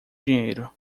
dinheiro